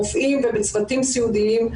צריכים חיזוק ברופאים ובצוותים סיעודיים.